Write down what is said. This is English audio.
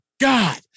God